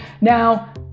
now